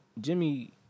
Jimmy